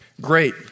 Great